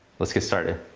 let's get started.